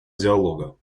диалога